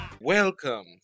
Welcome